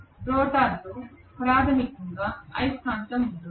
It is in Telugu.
రోటర్లో ప్రాథమికంగా అయస్కాంతం ఉంటుంది